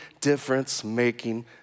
difference-making